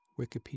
Wikipedia